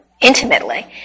intimately